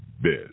best